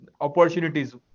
opportunities